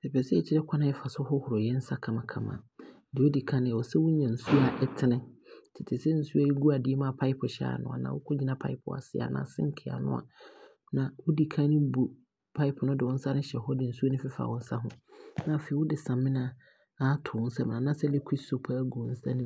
Mepɛsɛ mekyerɛ kwane a yɛfa so hohoro yɛn nsa kamakama. Deɛ ɔdi kane, ɛwɔ sɛ wonya nsuo a ɛtene, te sɛ nsuo a ɛɛgu adeɛ mu a pipe hyɛɛ aano anaa wookɔ gyina pipe ase anaa sink aano, na wodi kan bu pipe no de wo nsa no hyɛ hɔ de nsuo no fefa wo nsa no ho, na afei wode samina aato wo nsam anaasɛ liquid soap aagu wo nsam